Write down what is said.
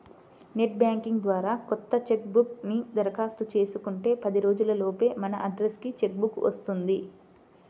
net banking ద్వారా కొత్త cheque book కి దరఖాస్తు చేసుకుంటే పది రోజుల లోపే మన అడ్రస్ కి చెక్ బుక్ వస్తుంది